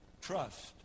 Trust